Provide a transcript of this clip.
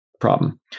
problem